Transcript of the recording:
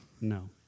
No